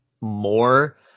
more